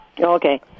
Okay